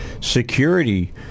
security